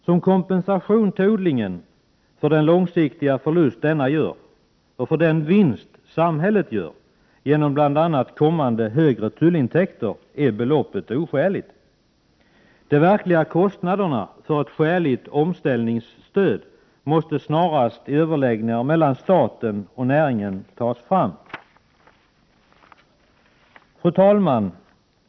Som kompensation till odlingen för den långsiktiga förlust denna gör — och med tanke på den vinst samhället gör genom bl.a. kommande högre tullintäkter — är beloppet oskäligt. De verkliga kostnaderna för ett skäligt omställningsstöd måste snarast i överläggningar mellan staten och näringen tas fram. Fru talman!